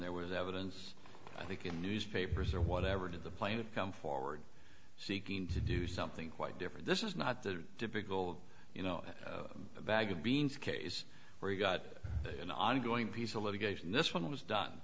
there was evidence i think in newspapers or whatever to the plaintiff come forward seeking to do something quite different this is not the typical you know a bag of beans case where you've got an ongoing piece the litigation this one was done